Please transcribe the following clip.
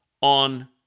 on